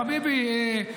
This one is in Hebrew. חביבי,